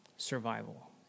Survival